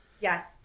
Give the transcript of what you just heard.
Yes